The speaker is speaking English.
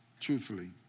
truthfully